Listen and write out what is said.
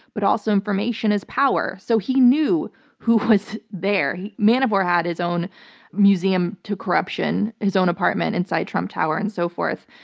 but also, information is power. so he knew who was there. manafort had his own museum to corruption, his own apartment inside trump tower and so forth.